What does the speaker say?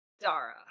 Dara